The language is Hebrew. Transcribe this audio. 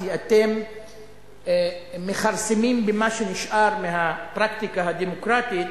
כי אתם מכרסמים במה שנשאר מהפרקטיקה הדמוקרטית,